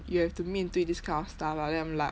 you have to 面对 this kind of stuff ah then I'm like